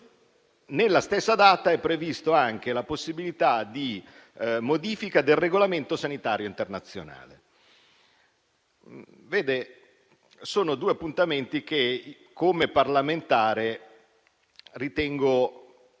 Nella stessa data è prevista anche la possibilità di modifica del regolamento sanitario internazionale. Si tratta di due appuntamenti che, come parlamentare, ritengo